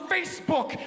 Facebook